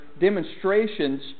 demonstrations